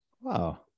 Wow